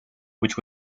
which